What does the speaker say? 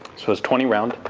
was twenty round.